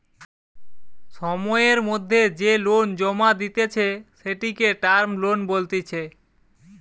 সময়ের মধ্যে যে লোন জমা দিতেছে, সেটিকে টার্ম লোন বলতিছে